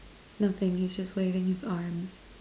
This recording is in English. nothing he's just waving his arms